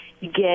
get